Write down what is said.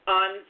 on